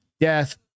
death